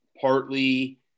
partly